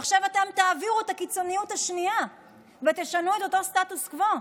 ועכשיו אתם תעבירו את הקיצוניות השנייה ותשנו את אותו סטטוס קוו,